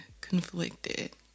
conflicted